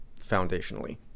foundationally